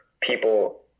people